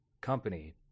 company